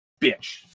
bitch